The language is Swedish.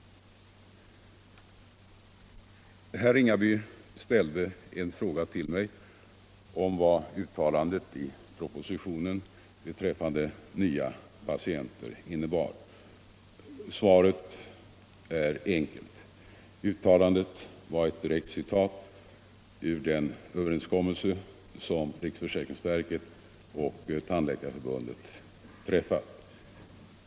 Herr Ringaby ställde en fråga till mig om vad uttalandet i propositionen beträffande nya patienter innebär. Svaret är enkelt: Uttalandet var ett direkt citat ur den överenskommelse som riksförsäkringsverket och Tandläkarförbundet träffat.